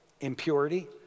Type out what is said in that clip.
impurity